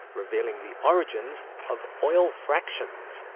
revealing the origins of oil fractions,